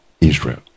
Israel